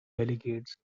delegates